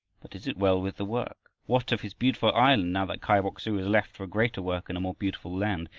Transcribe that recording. but is it well with the work? what of his beautiful island, now that kai bok-su has left for a greater work in a more beautiful land?